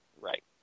Right